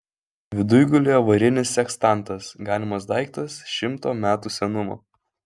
viduj gulėjo varinis sekstantas galimas daiktas šimto metų senumo